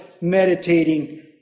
meditating